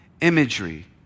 imagery